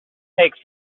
take